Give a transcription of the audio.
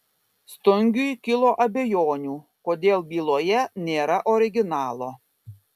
stungiui kilo abejonių kodėl byloje nėra originalo